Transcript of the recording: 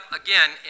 again